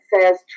says